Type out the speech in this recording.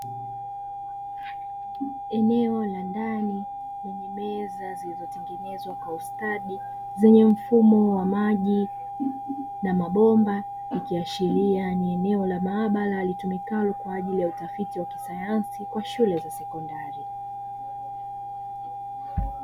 Eneo la ndani lenye meza zilizotengenezwa kwa ustadi zenye mfumo wa maji na mabomba, ikiashiria ni eneo la maabara litumikalo kwa ajili ya utafiti wa kisaayansi kwa shule za sekondari.